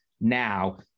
now